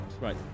Right